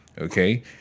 okay